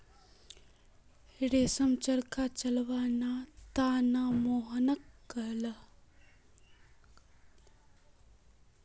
रोशन चरखा चलव्वार त न मोहनक कहले